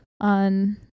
on